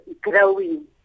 growing